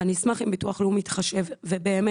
אני אשמח אם ביטוח לאומי יתחשב ובאמת